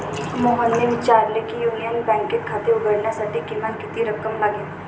मोहनने विचारले की युनियन बँकेत खाते उघडण्यासाठी किमान किती रक्कम लागते?